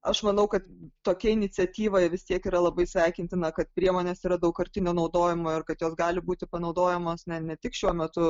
aš manau kad tokia iniciatyva vis tiek yra labai sveikintina kad priemonės yra daugkartinio naudojimo ar kad jos gali būti panaudojamos ne ne tik šiuo metu